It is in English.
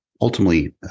Ultimately